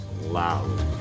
loud